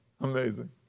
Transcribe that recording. Amazing